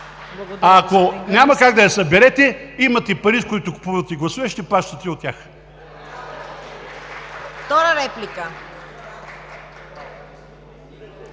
Ако няма как да я съберете, имате пари, с които купувате гласове, ще плащате и от тях.